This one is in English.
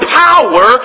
power